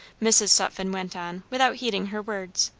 mrs. sutphen went on without heeding her words.